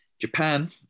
Japan